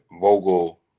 Vogel